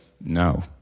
no